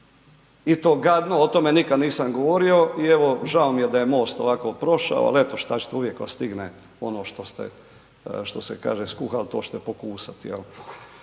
i to gadno, o tome nikada nisam govorio i evo, žao mi je da je MOST ovako prošao, ali, eto uvijek vas stigne ono što ste, što se kaže, što ste skuhali,